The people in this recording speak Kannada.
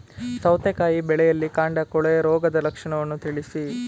ಸೌತೆಕಾಯಿ ಬೆಳೆಯಲ್ಲಿ ಕಾಂಡ ಕೊಳೆ ರೋಗದ ಲಕ್ಷಣವನ್ನು ತಿಳಿಸಿ?